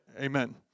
Amen